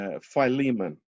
Philemon